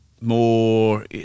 more